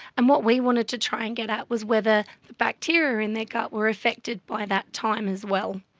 and what we wanted to try and get at was whether bacteria in their gut were affected by that time as well.